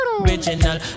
Original